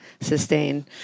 sustain